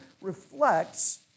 reflects